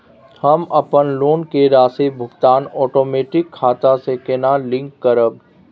हम अपन लोन के राशि भुगतान ओटोमेटिक खाता से केना लिंक करब?